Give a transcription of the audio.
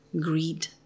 greed